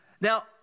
Now